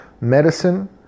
medicine